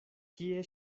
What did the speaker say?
kie